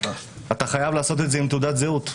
אתה חייב לעשות את זה עם תעודת זהות,